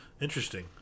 Interesting